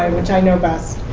um which i know best.